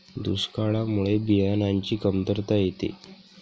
दुष्काळामुळे बियाणांची कमतरता येते